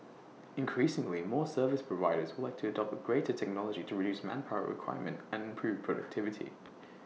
increasingly more service providers would like to adopt greater technology to reduce manpower requirement and improve productivity